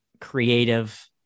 creative